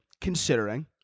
considering